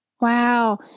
wow